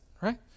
right